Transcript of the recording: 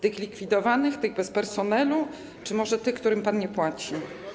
Tych likwidowanych, tych bez personelu czy może tych, którym pan nie płaci?